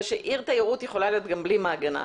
שעיר תיירות יכולה להיות גם בלי מעגנה.